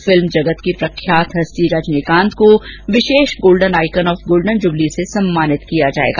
film जगत की प्रख्यात हस्ती रजनीकांत को विशेष golden icon of golden jubilee से सम्मानित किया जाएगा